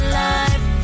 life